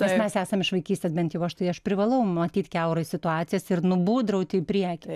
nes mes esam iš vaikystės bent jau aš tai aš privalau matyt kiaurai situacijas ir nubūdraut į priekį